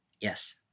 Yes